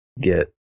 get